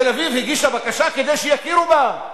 תל-אביב הגישה בקשה כדי שיכירו בה?